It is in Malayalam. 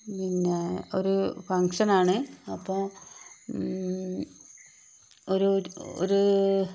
പിന്നെ ഒരു ഫംഗ്ഷൻ ആണ് അപ്പം ഒരു ഒരു